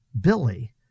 Billy